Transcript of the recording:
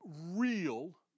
real